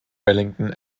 wellington